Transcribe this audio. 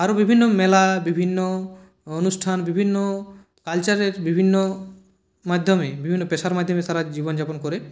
আরও বিভিন্ন মেলা বিভিন্ন অনুষ্ঠান বিভিন্ন কালচারের বিভিন্ন মাধ্যমে বিভিন্ন পেশার মাধ্যমে তারা জীবনযাপন করে